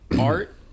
art